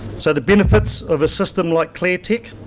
so the benefits of a system like cleartech